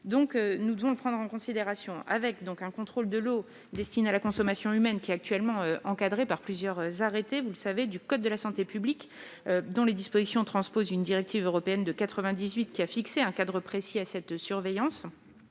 Nous devons le prendre en considération. Le contrôle de l'eau destinée à la consommation humaine est actuellement encadré par plusieurs articles du code de la santé publique ; ces dispositions transposent une directive européenne de 1998, qui a fixé un cadre précis à cette surveillance.